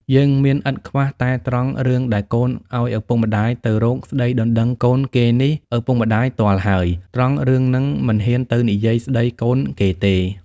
យើងមានឥតខ្វះ តែត្រង់រឿងដែលកូនឱ្យឪពុកមា្ដយទៅរកស្ដីដណ្ដឹងកូនគេនេះ ឪពុកម្ដាយទាល់ហើយ ត្រង់រឿងហ្នឹងមិនហ៊ានទៅនិយាយស្ដីកូនគេទេ។